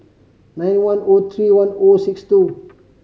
nine one O three one O six two